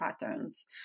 patterns